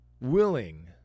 willing